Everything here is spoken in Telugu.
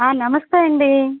నమస్తే అండి